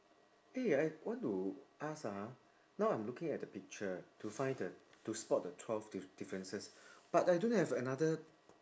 eh I want to ask ah now I'm looking at the picture to find the to spot the twelve diff~ differences but I don't have another